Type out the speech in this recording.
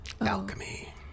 alchemy